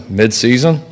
mid-season